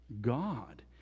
God